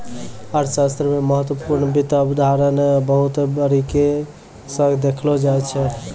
अर्थशास्त्र मे महत्वपूर्ण वित्त अवधारणा बहुत बारीकी स देखलो जाय छै